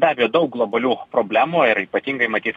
be abejo daug globalių problemų yra ypatingai matyt